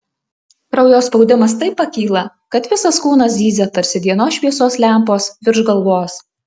kraujo spaudimas taip pakyla kad visas kūnas zyzia tarsi dienos šviesos lempos virš galvos